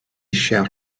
cher